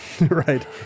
Right